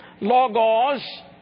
Logos